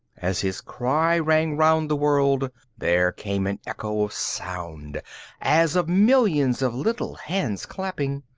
as his cry rang round the world, there came an echo of sound as of millions of little hands clapping,